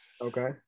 Okay